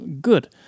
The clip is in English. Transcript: good